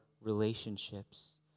relationships